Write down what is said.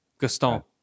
Gaston